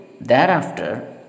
Thereafter